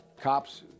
Cops